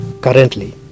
Currently